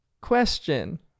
question